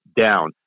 down